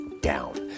down